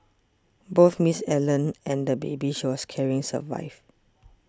both Miss Allen and the baby she was carrying survived